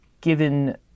given